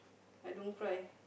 I don't cry